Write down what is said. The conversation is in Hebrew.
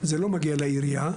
זה לא מגיע לעירייה.